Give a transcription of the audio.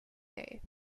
day